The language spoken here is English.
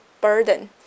burden